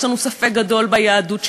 יש לנו ספק גדול ביהדות שלהם,